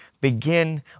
begin